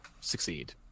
succeed